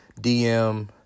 DM